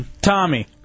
Tommy